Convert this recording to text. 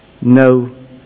no